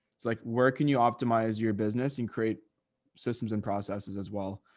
like, where can you optimize your business and create systems and processes as well,